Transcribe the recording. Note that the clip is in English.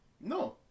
No